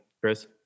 Chris